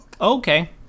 Okay